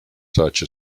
such